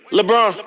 Lebron